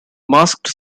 masked